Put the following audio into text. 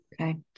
Okay